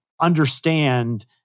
understand